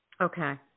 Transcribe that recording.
Okay